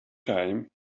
time